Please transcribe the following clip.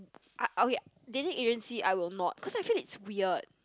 I okay dating agency I will not cause I feel it's weird